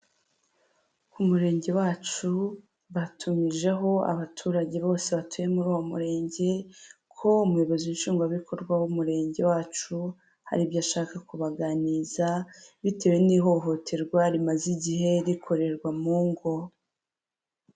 Ku murenge wacu batumijeho abaturage bose batuye muri uwo murenge ko umuyobozi nshingwabikorwa w'umurenge wacu hari ibyo ashaka kubaganiriza bitewe n'ihohoterwa rimaze igihe rikorerwa mu ngo.